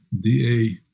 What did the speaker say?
DA